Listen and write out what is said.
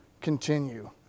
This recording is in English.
continue